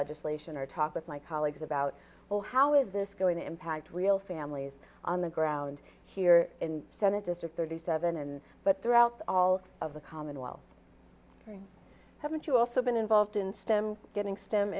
legislation or talk with my colleagues about well how is this going to impact real families on the ground here in senate district thirty seven in but throughout all of the commonwealth haven't you also been involved in stem getting stem